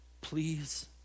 please